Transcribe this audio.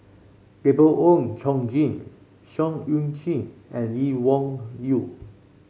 Gabriel Oon Chong Jin Seah Eu Chin and Lee Wung Yew